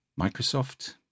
Microsoft